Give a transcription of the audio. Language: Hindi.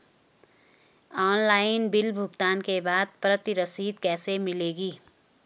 ऑनलाइन बिल भुगतान के बाद प्रति रसीद कैसे मिलेगी?